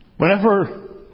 Whenever